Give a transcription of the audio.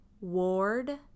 ward